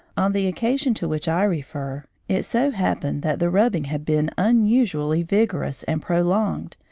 on the occasion to which i refer, it so happened that the rubbing had been unusually vigorous and prolonged,